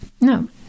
No